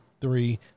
Three